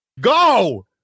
Go